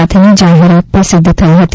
સાથેની જાહેરાત પ્રસિદ્ધ થઇ હતી